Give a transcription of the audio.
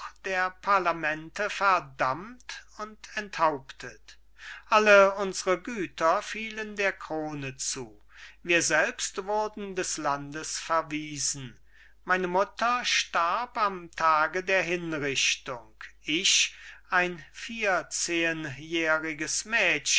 der parlamente verdammt und enthauptet alle unsre güter fielen der krone zu wir selbst wurden des landes verwiesen meine mutter starb am tage der hinrichtung ich ein vierzehnjähriges